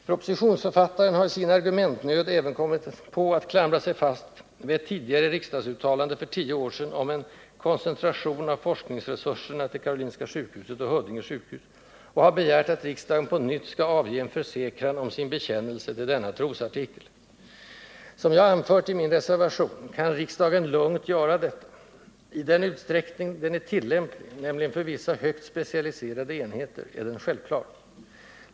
Propositionsförfattaren har i sin argumentnöd även kommit på att klamra sig fast vid ett tidigare riksdagsuttalande, för tio år sedan, om en ”koncentration av forskningsresurserna till Karolinska sjukhuset och Huddinge sjukhus”, och begärt att riksdagen på nytt skall avge en försäkran om sin bekännelse till denna trosartikel. Som jag anfört i min reservation kan riksdagen lugnt göra detta. I den utsträckning den är tillämplig — nämligen för vissa högt specialiserade enheter — är den självklar.